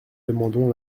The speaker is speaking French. demandons